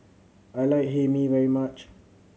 I like Hae Mee very much